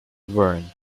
worn